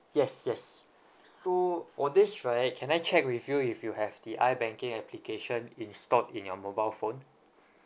yes yes so for this right can I check with you if you have the I banking application installed in your mobile phone